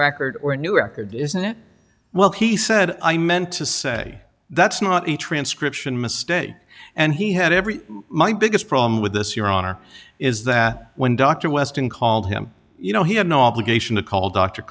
record or a new record isn't it well he said i meant to say that's not a transcription mistake and he had every my biggest problem with this your honor is that when dr westen called him you know he had no obligation to call dr